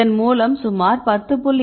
இதன் மூலம் சுமார் 10